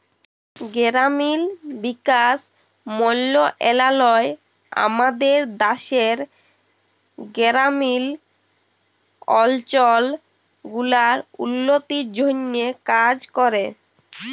গেরামিল বিকাশ মলত্রলালয় আমাদের দ্যাশের গেরামিল অলচল গুলার উল্ল্য তির জ্যনহে কাজ ক্যরে